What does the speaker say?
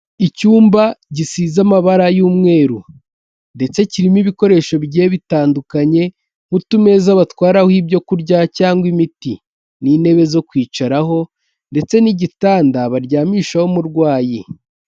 Icyumba gisize amabara y'umweru. Ndetse kirimo ibikoresho bigiye bitandukanye nk'utumeza batwararaho ibyo kurya cyangwa imiti n'intebe zo kwicaraho ndetse n'igitanda baryamishaho umurwayi.